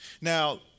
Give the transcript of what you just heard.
Now